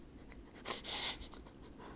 !walao! eh 二零一四 ah